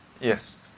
Yes